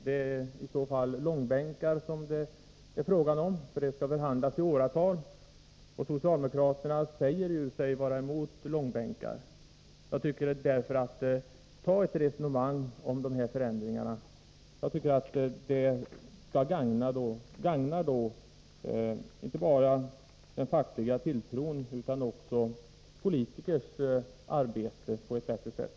Det blir i så fall fråga om långbänkar, eftersom förhandlingarna kommer att pågå i åratal — och socialdemokraterna säger sig vara emot långbänkar. Tag i stället upp ett resonemang om dessa förändringar. Detta bör gagna inte bara tilltron till det fackliga arbetet utan också underlätta politikernas arbete.